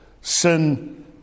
Sin